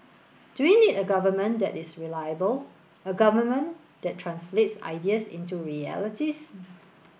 do we need a government that is reliable a government that translates ideas into realities